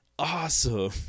Awesome